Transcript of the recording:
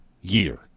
year